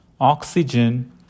oxygen